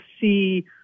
see